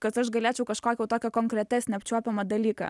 kad aš galėčiau kažkokio jau tokio konkretesnio apčiuopiamą dalyką